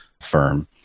firm